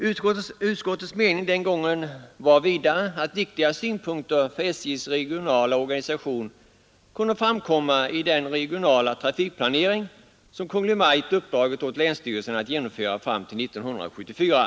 Utskottets mening den gången var vidare att för SJ:s regionala organisation viktiga synpunkter kunde framkomma i den regionala trafikplanering som Kungl. Maj:t uppdragit åt länsstyrelserna att genomföra fram till 1974.